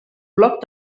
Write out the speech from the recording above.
bloc